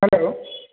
hello